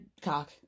cock